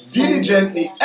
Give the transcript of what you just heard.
diligently